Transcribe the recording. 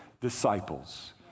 disciples